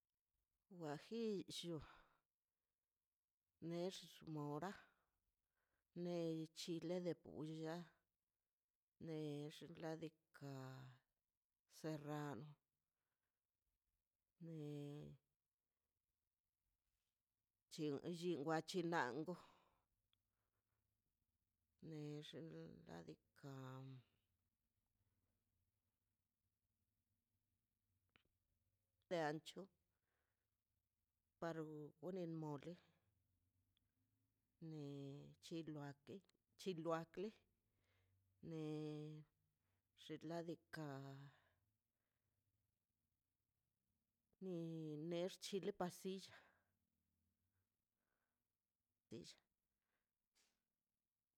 Guajillo nex mora nei chile de pulla nex ladika serrano ne llin wachinango nex xna' diika' de ancho par gone mole ne chiloaken chiloakle ne xinladika ne nex chile pasilla dilla